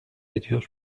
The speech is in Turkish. ediyor